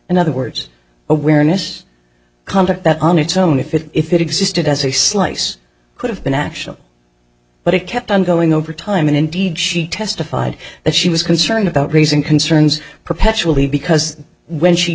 in other words awareness conduct that on its own if it if it existed as a slice could have been actual but it kept on going over time and indeed she testified that she was concerned about raising concerns perpetually because when she